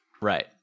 Right